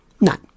None